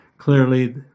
Clearly